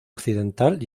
occidental